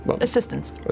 Assistance